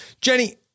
Jenny